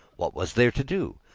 what was there to do?